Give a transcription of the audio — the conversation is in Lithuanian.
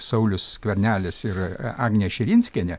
saulius skvernelis ir agnė širinskienė